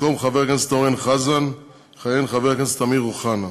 במקום חבר הכנסת אורן אסף חזן יכהן חבר הכנסת אמיר אוחנה,